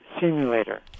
simulator